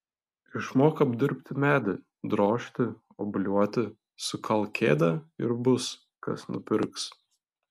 išmok apdirbti medį drožti obliuoti sukalk kėdę ir bus kas nupirks